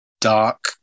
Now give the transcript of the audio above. dark